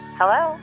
hello